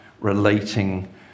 relating